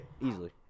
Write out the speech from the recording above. Easily